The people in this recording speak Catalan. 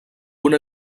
una